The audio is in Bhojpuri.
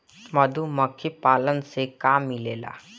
मधुमखी पालन से का मिलेला?